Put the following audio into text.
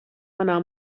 manā